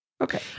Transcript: Okay